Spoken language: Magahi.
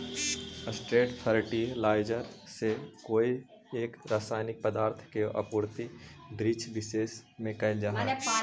स्ट्रेट फर्टिलाइजर से कोई एक रसायनिक पदार्थ के आपूर्ति वृक्षविशेष में कैइल जा हई